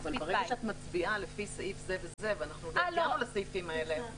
אבל ברגע שאת מצביעה לפי סעיף שעוד לא הגענו אליו --- ככל